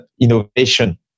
innovation